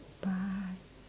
but